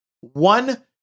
One